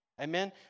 Amen